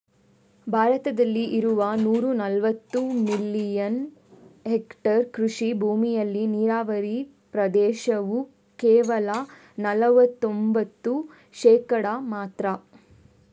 ಭಾರತದಲ್ಲಿ ಇರುವ ನೂರಾ ನಲವತ್ತು ಮಿಲಿಯನ್ ಹೆಕ್ಟೇರ್ ಕೃಷಿ ಭೂಮಿಯಲ್ಲಿ ನೀರಾವರಿ ಪ್ರದೇಶವು ಕೇವಲ ನಲವತ್ತೊಂಭತ್ತು ಶೇಕಡಾ ಮಾತ್ರ